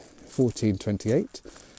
1428